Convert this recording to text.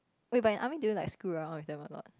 wait but in army did you like screw around with them a lot